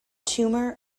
tumor